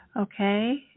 Okay